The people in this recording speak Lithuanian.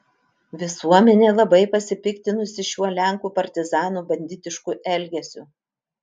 visuomenė labai pasipiktinusi šiuo lenkų partizanų banditišku elgesiu